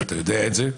ואתה יודע את זה.